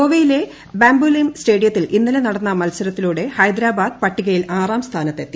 ഗോവയിലെ ബാംബോലിം സ്റ്റേഡിയത്തിൽ ഇന്നലെ നടന്ന മത്സര വിജയത്തിലൂടെ ഹൈദരാബാദ് പട്ടികയിൽ ആറാം സ്ഥാനത്തെത്തി